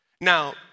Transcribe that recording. Now